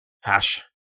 Hash